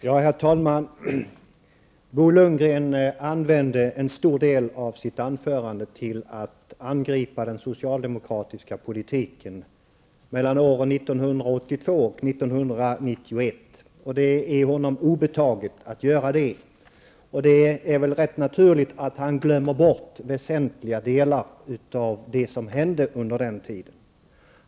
Herr talman! Bo Lundgren använde en del av sitt anförande till att angripa den socialdemokratiska politiken under åren 1982--1991. Det är honom obetaget att göra det, och det är väl rätt naturligt att han ''glömde bort'' väsentliga delar av det som hände under den tiden.